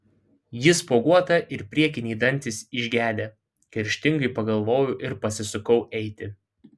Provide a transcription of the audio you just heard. ji spuoguota ir priekiniai dantys išgedę kerštingai pagalvojau ir pasisukau eiti